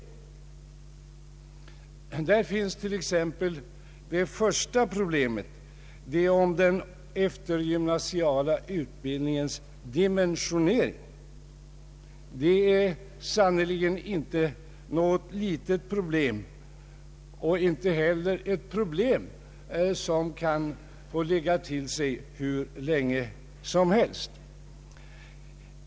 Där finns t.ex. till att börja med problemet beträffande den eftergymnasiala utbildningens dimensionering. Det är sannerligen inte något litet problem som kan få ligga till sig hur länge som helst.